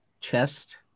chest